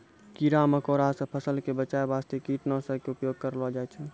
कीड़ा मकोड़ा सॅ फसल क बचाय वास्तॅ कीटनाशक के उपयोग करलो जाय छै